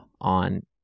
on